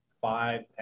five